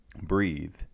breathe